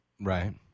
Right